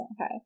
Okay